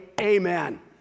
Amen